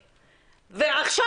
ועכשיו,